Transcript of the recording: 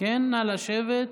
נא לשבת.